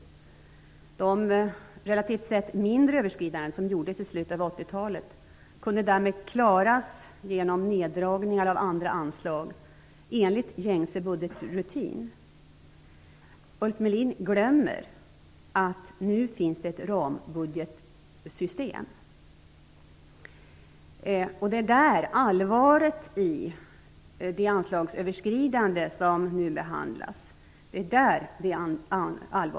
De relativt sett mindre överskridanden som gjordes i slutet av 1980-talet kunde därmed klaras genom neddragningar av andra anslag enligt gängse budgetrutin. Ulf Melin glömmer att det nu finns ett rambudgetsystem. Det är där allvaret ligger i det anslagsöverskridande som nu behandlas.